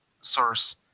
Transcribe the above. source